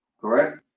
correct